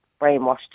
brainwashed